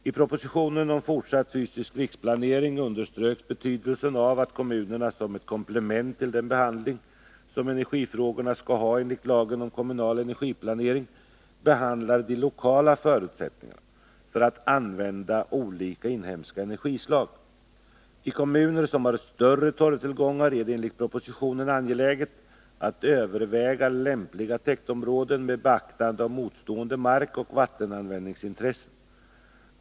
I propositionen om fortsatt fysisk riksplanering underströks betydelsen av att kommunerna som ett komplement till den behandling som energifrågorna skall ha enligt lagen om kommunal energiplanering behandlar de lokala förutsättningarna för att använda olika inhemska energislag. I kommuner som har större torvtillgångar är det enligt propositionen angeläget att överväga lämpliga täktområden med beaktande av motstående markoch vattenanvändningsintressen.